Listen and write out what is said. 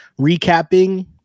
recapping